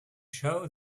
show